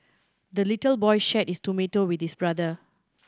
the little boy shared his tomato with his brother